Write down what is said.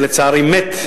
ולצערי מת,